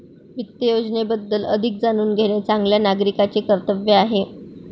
वित्त योजनेबद्दल अधिक जाणून घेणे चांगल्या नागरिकाचे कर्तव्य आहे